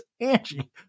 Angie